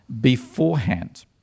beforehand